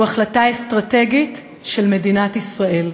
הוא החלטה אסטרטגית של מדינת ישראל,